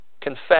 confess